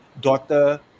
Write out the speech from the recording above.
daughter